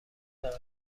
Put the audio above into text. دارد